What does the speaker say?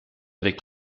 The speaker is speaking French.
avec